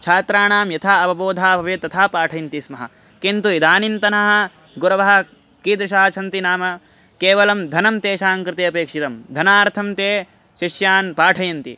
छात्राणां यथा अवबोधः भवेत् तथा पाठयन्ति स्म किन्तु इदानीन्तनः गुरवः कीदृशः सन्ति नाम केवलं धनं तेषां कृते अपेक्षितं धनार्थं ते शिष्यान् पाठयन्ति